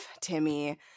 Timmy